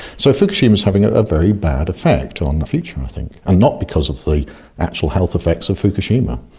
so fukushima is having a very bad effect on the future i think, and not because of the actual health effects of fukushima.